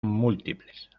múltiples